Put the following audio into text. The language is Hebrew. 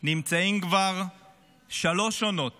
נמצאים כבר שלוש עונות